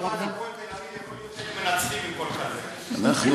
"הפועל תל-אביב", יכול להיות שהם מנצחים, אנחנו לא